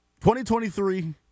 2023